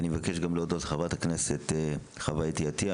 אני מבקש גם להודות לחברת הכנסת חוה אתי עטייה